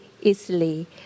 easily